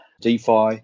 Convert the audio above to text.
DeFi